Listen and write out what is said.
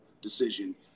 decision